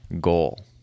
goal